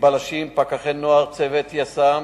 עם בלשים, פקחי נוער וצוות יס"מ,